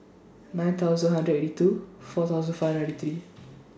nine thousand hundred eighty two four thousand five hundred ninety three